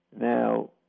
Now